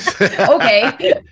Okay